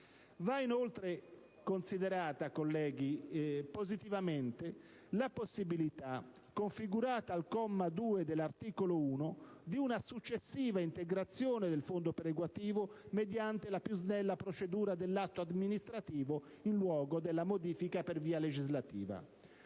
va inoltre considerata positivamente la possibilità, configurata al comma 2 dell'articolo 1, di una successiva integrazione del fondo perequativo mediante la più snella procedura dell'atto amministrativo, in luogo della modifica per via legislativa,